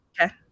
Okay